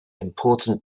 important